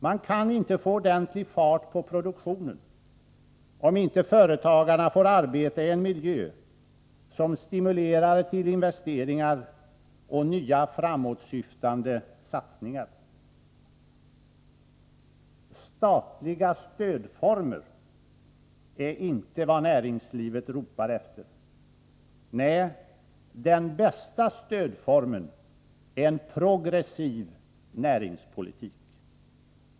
Man kan inte få ordentlig fart på produktionen om inte företagarna får arbeta i en miljö som stimulerar till investeringar och nya framåtsyftande satsningar. Statliga stödformer är inte vad näringslivet ropar efter. Nej, den bästa stödformen är en progressiv näringspolitik.